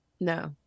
No